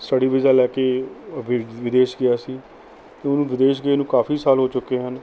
study visa ਲੈ ਕੇ ਵਿਦੇਸ਼ ਗਿਆ ਸੀ ਅਤੇ ਉਹਨੂੰ ਵਿਦੇਸ਼ ਗਏ ਨੂੰ ਕਾਫ਼ੀ ਸਾਲ ਹੋ ਚੁੱਕੇ ਹਨ